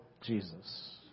Jesus